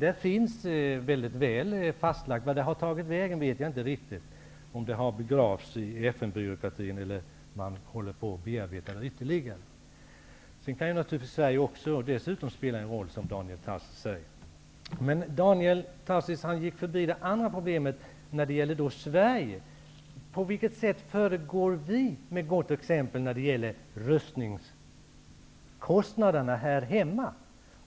Det finns mycket väl fastlagt. Var det dokumentet har tagit vägen vet jag inte riktigt. Det kan ha begravts i FN-byråkratin, eller man kanske håller på att bearbeta det ytterligare. Sverige kan naturligtvis spela en roll, som Daniel Tarschys säger. Men Daniel Tarschys gick förbi det andra problemet när det gäller Sverige. På vilket sätt föregår vi med gott exempel med rustningskostnaderna här hemma